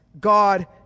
God